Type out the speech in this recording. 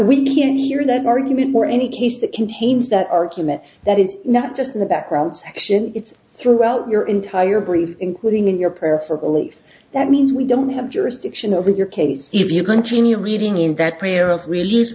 didn't hear that argument nor any case that contains that argument that is not just in the background section it's throughout your entire brief including in your prayer for belief that means we don't have jurisdiction over your case if you continue reading in that prayer of release